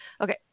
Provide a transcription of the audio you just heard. Okay